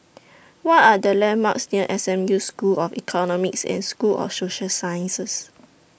What Are The landmarks near S M U School of Economics and School of Social Sciences